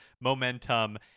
momentum